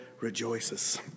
rejoices